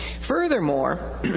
Furthermore